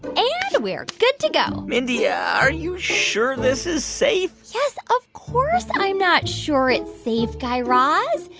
and we're good to go mindy, are you sure this is safe? yes, of course, i'm not sure it's safe, guy raz.